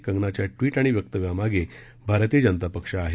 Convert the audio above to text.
कंगनाच्या ट्वीट आणि वक्तव्यांमागे भारतीय जनता पक्ष आहे